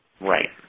Right